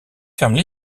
ferme